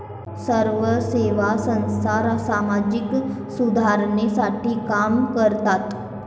स्वयंसेवी संस्था सामाजिक सुधारणेसाठी काम करतात